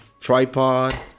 tripod